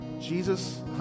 Jesus